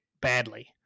badly